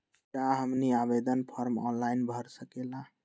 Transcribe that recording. क्या हमनी आवेदन फॉर्म ऑनलाइन भर सकेला?